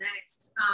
next